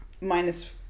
Minus